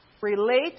Relate